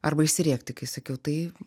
arba išsirėkti kai sakiau tai